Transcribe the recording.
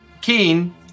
Keen